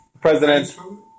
President